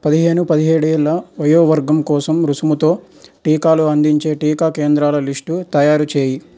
పదిహేను పదిహేడేళ్ళ వయోవర్గం కోసం రుసుముతో టీకాలు అందించే టీకా కేంద్రాల లిస్టు తయారు చేయి